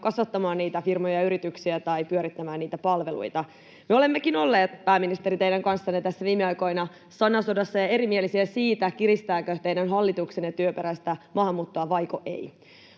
kasvattamaan niitä firmoja ja yrityksiä tai pyörittämään niitä palveluita. Me olemmekin olleet, pääministeri, teidän kanssanne tässä viime aikoina sanasodassa ja erimielisiä siitä, kiristääkö teidän hallituksenne työperäistä maahanmuuttoa vaiko ei.